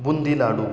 boondi लाडू